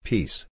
Peace